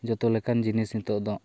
ᱡᱚᱛᱚᱞᱮᱠᱟᱱ ᱡᱤᱱᱤᱥ ᱱᱤᱛᱚᱜ ᱫᱚ